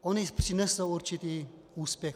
Ony přinesou určitý úspěch.